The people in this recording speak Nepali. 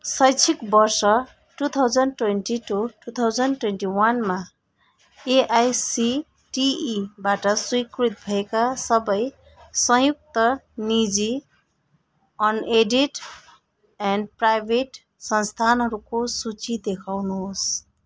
शैक्षिक वर्ष two thousand twenty two two thousand twenty वनमा एआइसिटिईबाट स्वीकृत भएका सबै संयुक्त निजी अनएडेड एन्ड प्राइभेट संस्थानहरूको सूची देखाउनुहोस्